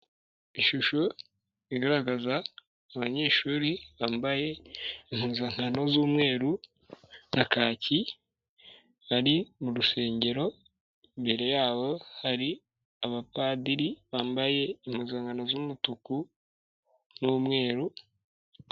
Ishusho igaragaza abanyeshuri bambaye impuzankano zumweru na kaki bari mu rusengero imbere yabo hari abapadiri bambaye impozankano z'umutuku n'umweru.